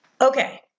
Okay